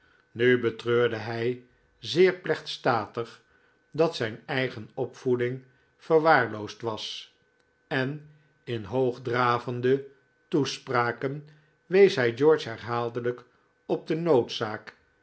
nu betreurde hij zeer plechtstatig dat zijn eigen opvoeding verwaarloosd was en in hoogdravende toespraken wees hij george herhaaldelijk op de noodzaak